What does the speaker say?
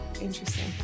interesting